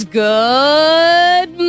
good